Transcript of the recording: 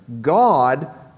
God